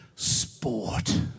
sport